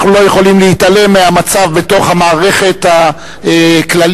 אנחנו לא יכולים להתעלם מהמצב בתוך המערכת הכללית.